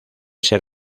ser